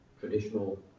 traditional